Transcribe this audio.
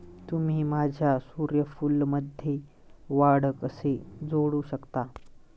तुम्ही माझ्या सूर्यफूलमध्ये वाढ कसे जोडू शकता?